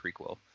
prequel